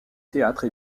théâtre